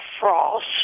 frost